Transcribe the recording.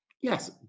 yes